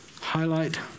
highlight